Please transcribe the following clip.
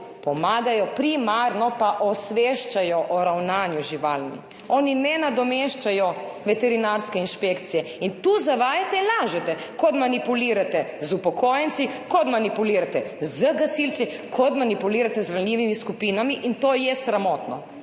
pomagajo, primarno pa osveščajo o ravnanju z živalmi, oni ne nadomeščajo veterinarske inšpekcije. In tu zavajate in lažete! Kot manipulirate z upokojenci, kot manipulirate z gasilci, kot manipulirate z ranljivimi skupinami, in to je sramotno.